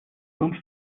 том